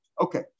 Okay